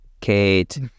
Kate